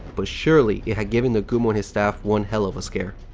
but surely it had given nagumo and his staff one hell of a scare.